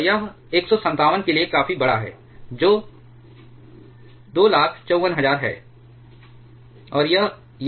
और यह 157 के लिए काफी बड़ा है जो 254000 है